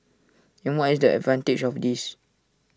and what is the advantage of this